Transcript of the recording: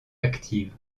active